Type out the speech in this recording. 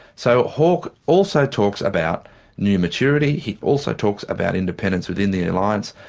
so hawke also talks about new maturity, he also talks about independence within the alliance,